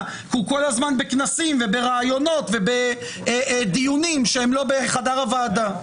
כי הוא כל הזמן בכנסים ובראיונות ובדיונים שהם לא בחדר הוועדה.